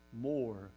more